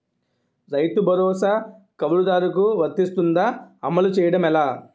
రైతు భరోసా కవులుదారులకు వర్తిస్తుందా? అమలు చేయడం ఎలా